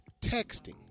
texting